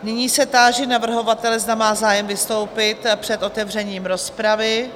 Nyní se táži navrhovatele, zda má zájem vystoupit před otevřením rozpravy.